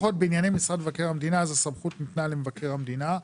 לפחות בענייני משרד מבקר המדינה הסמכות ניתנה למבקר המדינה.